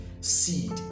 seed